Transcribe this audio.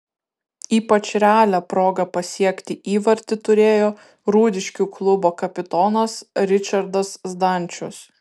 ypač realią progą pasiekti įvartį turėjo rūdiškių klubo kapitonas ričardas zdančius